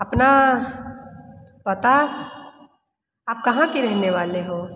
अपना पता आप कहाँ के रहने वाले हो